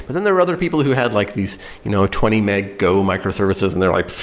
but then there were other people who had like these you know twenty meg go microservices and they're like,